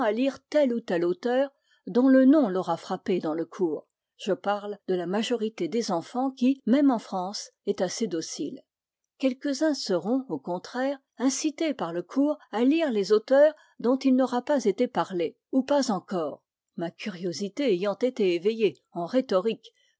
tel ou tel auteur dont le nom l'aura frappé dans le cours je parle de la majorité des enfants qui même en france est assez docile quelques-uns seront au contraire incités par le cours à lire les auteurs dont il n'aura pas été parlé ou pas encore ma curiosité ayant été éveillée en rhétorique